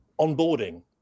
onboarding